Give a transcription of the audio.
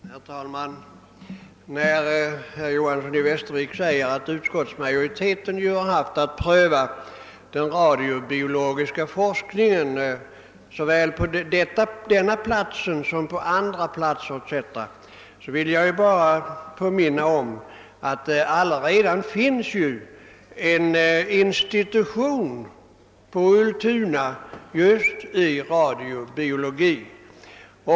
Herr talman! När herr Johanson i Västervik säger att utskottsmajoriteten haft att pröva den radiobiologiska forskningen såväl vid lantbrukshögskolan som vid andra institutioner vill jag bara påminna om att vid Ultuna finns redan en institution just i radiobiologi.